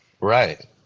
Right